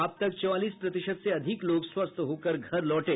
अब तक चौवालीस प्रतिशत से अधिक लोग स्वस्थ होकर घर लौटे